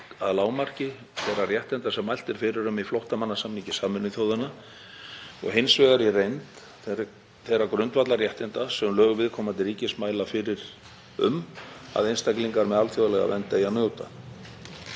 að lágmarki þeirra réttinda sem mælt er fyrir um í flóttamannasamningi Sameinuðu þjóðanna og hins vegar í reynd þeirra grundvallarréttinda sem lög viðkomandi ríkis mæla fyrir um að einstaklingar með alþjóðlega vernd eigi að njóta.